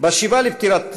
בשבעה לפטירת הרצל,